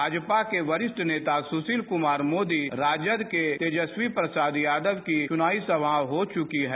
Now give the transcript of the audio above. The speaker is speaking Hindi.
भाजपा के वरिष्ठ नेता सुशील कुमार मोदी राजद के तेजस्वी प्रसाद यादव की चुनावी समाएं हो चुकी हैं